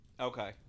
Okay